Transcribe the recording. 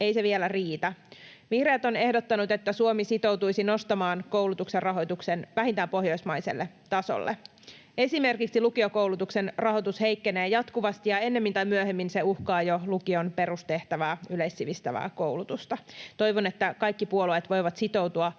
ei se vielä riitä. Vihreät ovat ehdottaneet, että Suomi sitoutuisi nostamaan koulutuksen rahoituksen vähintään pohjoismaiselle tasolle. Esimerkiksi lukiokoulutuksen rahoitus heikkenee jatkuvasti, ja ennemmin tai myöhemmin se uhkaa jo lukion perustehtävää, yleissivistävää koulutusta. Toivon, että kaikki puolueet voivat sitoutua